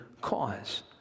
cause